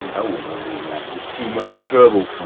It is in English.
yeah want want to be an actor, it's too much trouble,